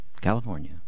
California